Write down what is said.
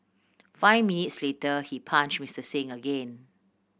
five minutes later he punch Mister Singh again